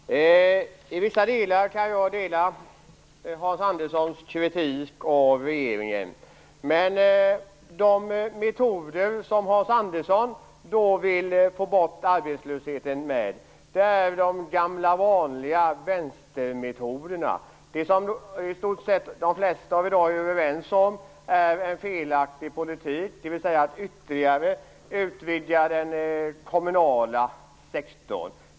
Fru talman! I vissa delar kan jag dela Hans Anderssons kritik av regeringen. Men de metoder han vill få bort arbetslösheten med är de gamla vanliga vänstermetoderna. I dag är väl i stort sett de flesta överens om att det är en felaktig politik att ytterligare utvidga den kommunala sektorn.